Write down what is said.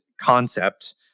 concept